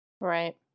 Right